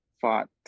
fought